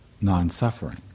non-suffering